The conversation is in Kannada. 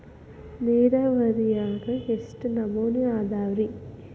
ನೇರಾವರಿಯಾಗ ಎಷ್ಟ ನಮೂನಿ ಅದಾವ್ರೇ?